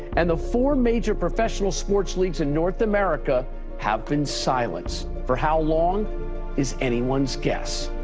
and the four major professional sports leagues in north america have been silenced. for how long is anyone's guess.